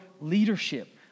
leadership